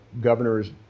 governor's